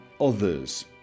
others